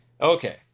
Okay